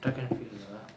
track and field lah